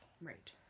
right